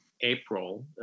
April